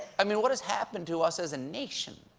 i mean, what has happened to us as a nation?